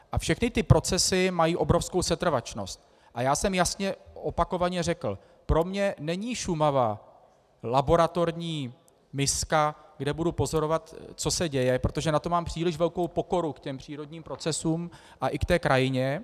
A všechny ty procesy mají obrovskou setrvačnost a já jsem jasně opakovaně řekl: pro mě není Šumava laboratorní miska, kde budu pozorovat, co se děje, protože na to mám příliš velkou pokoru k přírodním procesům a i k té krajině.